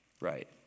right